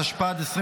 התשפ"ד 2024,